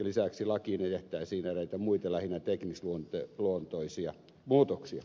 lisäksi lakiin tehtäisiin eräitä muita lähinnä teknisluontoisia muutoksia